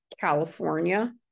California